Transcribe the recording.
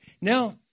Now